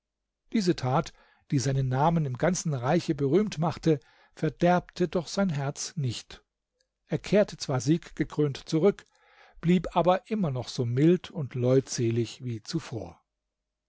diese tat die seinen namen im ganzen reiche berühmt machte verderbte doch sein herz nicht er kehrte zwar sieggekrönt zurück blieb aber immer noch so mild und leutselig wie zuvor